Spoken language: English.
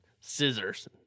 scissors